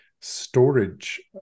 storage